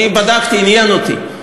אני בדקתי, עניין אותי.